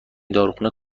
داروخانه